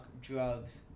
drugs